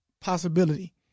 possibility